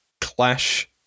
clash